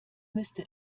müsste